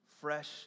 fresh